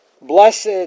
blessed